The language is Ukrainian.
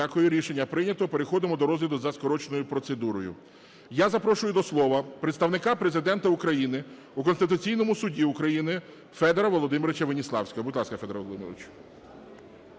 Дякую. Рішення прийнято. Переходимо до розгляду за скороченою процедурою. Я запрошую до слова Представника Президента України у Конституційному Суді України Федора Володимировича Веніславського. Будь ласка, Федоре Володимировичу.